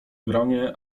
gronie